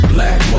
Black